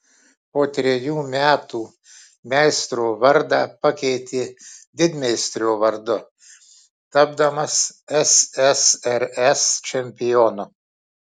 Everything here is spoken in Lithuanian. po trejų metų meistro vardą pakeitė didmeistrio vardu tapdamas ssrs čempionu